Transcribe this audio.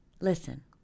Listen